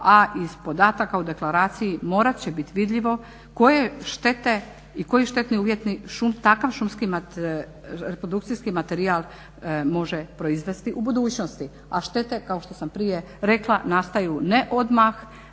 a iz podataka o deklaraciji morat će biti vidljivo koje štete i koji štetni uvjeti takav šumski reprodukcijski materijal može proizvesti u budućnosti. A štete kao što sam prije rekla nastaju ne odmah,